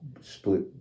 split